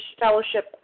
fellowship